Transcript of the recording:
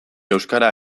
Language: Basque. euskara